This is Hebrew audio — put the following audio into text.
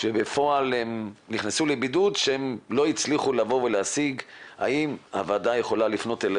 שבפועל הם נכנסו לבידוד כשהם לא הצליחו לבוא ולהשיג.